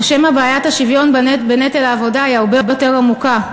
או שמא בעיית השוויון בנטל העבודה היא הרבה יותר עמוקה?